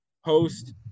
host